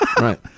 Right